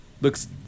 Looks